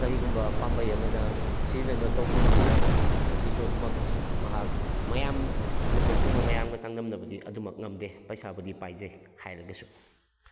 ꯀꯔꯤꯒꯨꯝꯕ ꯄꯥꯝꯕꯩ ꯑꯃꯅ ꯁꯤꯖꯤꯟꯅꯗꯨꯅ ꯇꯧꯈꯤꯕꯅꯤꯅ ꯉꯁꯤꯁꯨ ꯑꯗꯨꯃꯛ ꯃꯍꯥꯛ ꯃꯌꯥꯝ ꯃꯤꯀꯣꯛ ꯊꯣꯡꯕ ꯃꯌꯥꯝꯒ ꯆꯥꯡꯗꯝꯅꯕꯗꯤ ꯑꯗꯨꯝꯃꯛ ꯉꯝꯗꯦ ꯄꯩꯁꯥꯕꯨꯗꯤ ꯄꯥꯏꯖꯩ ꯍꯥꯏꯔꯒꯁꯨ